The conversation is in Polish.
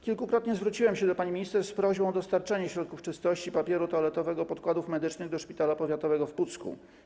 Kilkukrotnie zwróciłem się do pani minister z prośbą o dostarczenie środków czystości, papieru toaletowego, podkładów medycznych do szpitala powiatowego w Pucku.